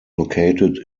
located